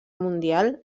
mundial